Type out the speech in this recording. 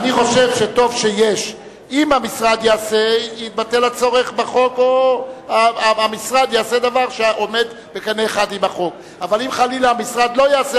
אם המשרד היה מתנגד, אז אני מבין שהכנסת